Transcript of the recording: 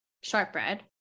shortbread